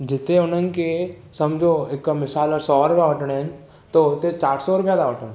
जिथे हुननि खे समुझो हिकु मिसाल सौ रुपया वठिणा आहिनि त हुते चारि सौ रुपया था वठनि